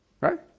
Right